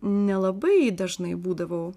nelabai dažnai būdavau